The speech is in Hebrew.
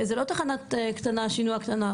זה לא תחנה קטנה, שינוע קטנה.